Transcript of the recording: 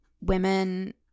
women